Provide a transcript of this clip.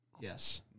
Yes